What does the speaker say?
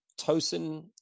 Tosin